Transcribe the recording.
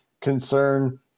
concern